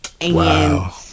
Wow